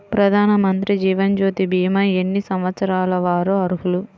ప్రధానమంత్రి జీవనజ్యోతి భీమా ఎన్ని సంవత్సరాల వారు అర్హులు?